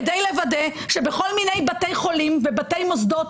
כדי לוודא שבכל מיני בתי חולים ומוסדות